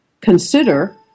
consider